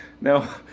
Now